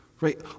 right